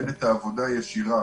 שעושה את העבודה הישירה